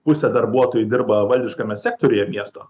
pusė darbuotojų dirba valdiškame sektoriuje miesto